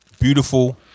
beautiful